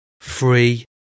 Free